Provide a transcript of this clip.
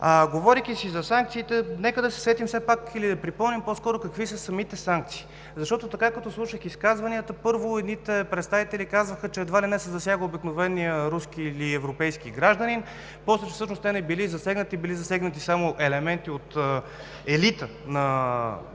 Говорейки си за санкциите, нека да се сетим все пак или да припомним по-скоро какви са самите санкции, защото, като слушах изказванията, първо, едните представители казваха, че едва ли не се засяга обикновеният руски или европейски гражданин, после всъщност те не били засегнати, били засегнати само елементи от елита на Руската